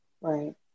Right